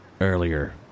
Earlier